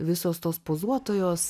visos tos pozuotojos